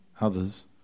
others